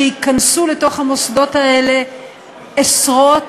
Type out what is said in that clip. שייכנסו לתוך המוסדות האלה עשרות-אלפי,